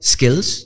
Skills